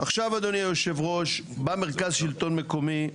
עכשיו אדוני יושב הראש, בא מרכז שלטון מקומי.